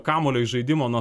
kamuolio įžaidimo nuo